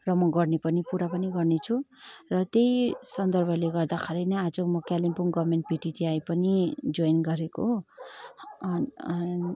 र म गर्ने पनि पुरा पनि गर्ने छु त त्यही सन्दर्भले गर्दाखेरि नै आज म कालिम्पोङ गभर्मेन्ट पिटिटिआई पनि जोइन गरेको